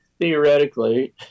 theoretically